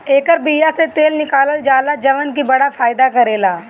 एकर बिया से तेल निकालल जाला जवन की बड़ा फायदा करेला